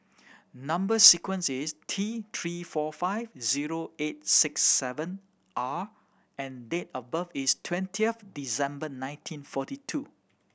number sequence is T Three four five zero eight six seven R and date of birth is twentieth December nineteen forty two